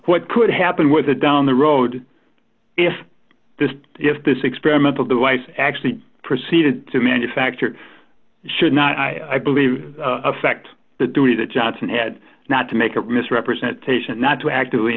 what could happen with a down the road if this if this experimental device actually proceeded to manufacture should not i believe affect the duty that johnson had not to make it misrepresentation not to actively